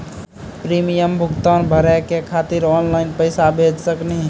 Premium भुगतान भरे के खातिर ऑनलाइन पैसा भेज सकनी?